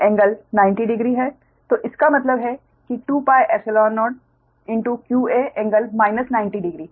तो इसका मतलब है कि 20 qa∟ 900 डिग्री